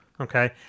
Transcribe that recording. Okay